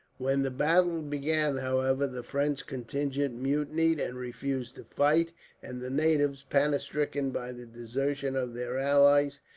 when the battle began, however, the french contingent mutinied and refused to fight and the natives, panic stricken by the desertion of their allies,